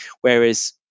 whereas